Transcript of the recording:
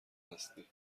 هستی